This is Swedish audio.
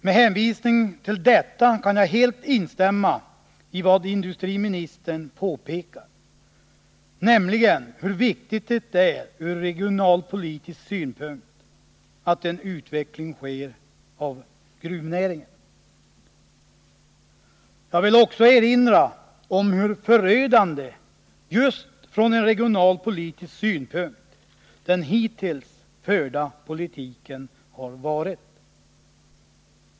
Med hänvisning till detta kan jag helt instämma i vad industriministern påpekar, nämligen hur viktigt det är från regionalpolitisk synpunkt att en utveckling sker av gruvnäringen. Jag vill också erinra om hur förödande just från en regionalpolitisk synpunkt den hittills förda politiken har varit.